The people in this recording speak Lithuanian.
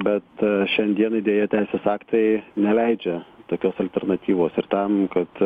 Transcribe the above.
bet šiandienai deja teisės aktai neleidžia tokios alternatyvos ir tam kad